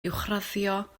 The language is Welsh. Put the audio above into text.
uwchraddio